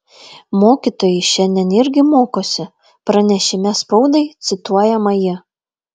mokytojai šiandien irgi mokosi pranešime spaudai cituojama ji